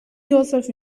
yourself